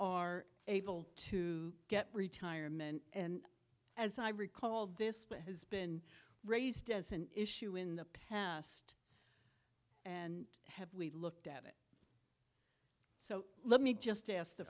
are able to get retirement and as i recall this plan has been raised as an issue in the past and have we looked at it so let me just ask the